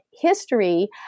history